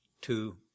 two